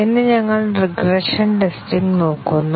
ഇന്ന് ഞങ്ങൾ regression testing നോക്കുന്നു